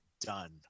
done